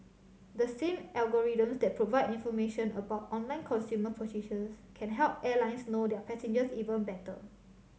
the same algorithms that provide information about online consumer purchases can help airlines know their passengers even better